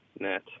net